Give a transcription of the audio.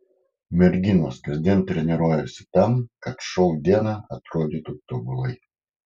merginos kasdien treniruojasi tam kad šou dieną atrodytų tobulai